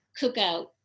cookout